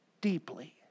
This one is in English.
deeply